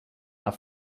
are